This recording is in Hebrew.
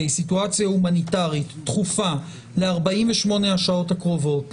היא סיטואציה הומניטרית דחופה ל-48 השעות הקרובות,